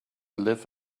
live